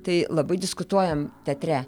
tai labai diskutuojam teatre